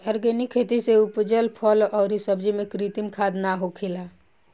organic खेती से उपजल फल अउरी सब्जी में कृत्रिम खाद ना होखेला